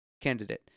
candidate